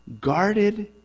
guarded